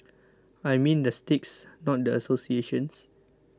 I mean the sticks not the associations